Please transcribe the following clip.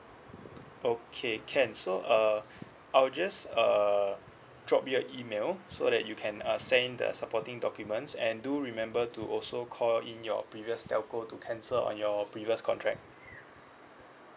okay can so uh I'll just uh drop you an email so that you can uh send in the supporting documents and do remember to also call in your previous telco to cancel on your previous contract